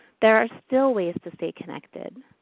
there are still ways to stay connected.